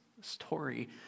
story